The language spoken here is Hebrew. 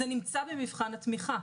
זה נמצא במבחן התמיכה,